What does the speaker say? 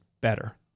better